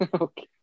okay